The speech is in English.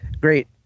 great